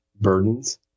burdens